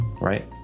right